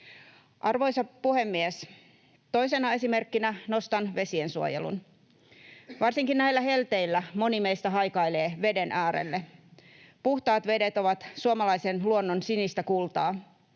Arvoisa puhemies! Toisena esimerkkinä nostan vesiensuojelun. Varsinkin näillä helteillä moni meistä haikailee veden äärelle. Puhtaat vedet ovat suomalaisen luonnon sinistä kultaa.